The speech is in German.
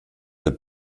der